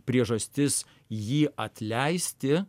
priežastis jį atleisti